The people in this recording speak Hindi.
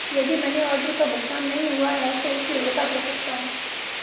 यदि मनी आर्डर का भुगतान नहीं हुआ है तो उसे रोका जा सकता है